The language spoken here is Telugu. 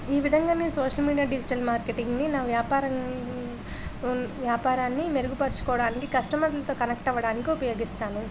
ఈ విధంగా నేను సోషల్ మీడియా డిజిటల్ మార్కెటింగ్ని నా వ్యాపార వ్యాపారాన్ని మెరుగుపరుచుకోవడానికి కస్టమర్లతో కనెక్ట్ అవ్వడానికి ఉపయోగిస్తాను